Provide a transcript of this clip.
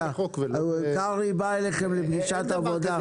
קרעי בא אליכם לפגישת עבודה.